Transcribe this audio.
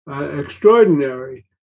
extraordinary